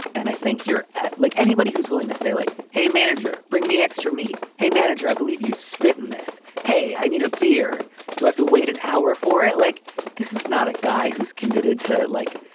and i think you're at like anybody who's willing to say, like, hey, manager, bring me extra meat. hey, manager, i believe you spit in this. hey, i need a beer to have to wait an hour for it. like this is not a guy who's committed to, like,